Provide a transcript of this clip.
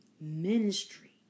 ministry